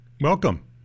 welcome